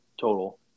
Total